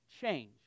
change